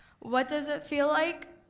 what does it feel like?